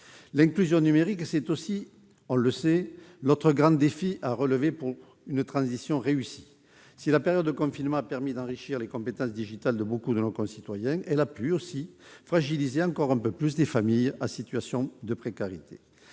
L'inclusion numérique, c'est l'autre grand défi à relever pour réussir la transition. Si la période de confinement a permis d'enrichir les compétences numériques de beaucoup de nos concitoyens, elle a pu aussi fragiliser encore un peu plus les familles en situation de précarité.